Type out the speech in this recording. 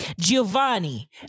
Giovanni